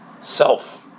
self